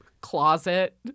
closet